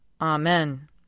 Amen